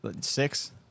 Six